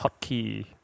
Hotkey